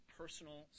personal